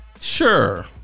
Sure